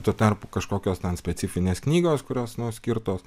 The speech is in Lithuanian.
tuo tarpu kažkokios specifinės knygos kurios skirtos